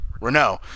Renault